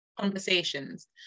conversations